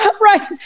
Right